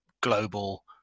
global